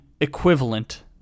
equivalent